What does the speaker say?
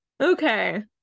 okay